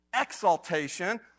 exaltation